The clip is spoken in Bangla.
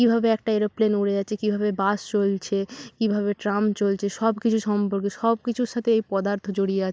কীভাবে একটা এরোপ্লেন উড়ে যাচ্ছে কীভাবে বাস চলছে কীভাবে ট্রাম চলছে সব কিছু সম্পর্কে সব কিছুর সাথেই পদার্থ জড়িয়ে আছে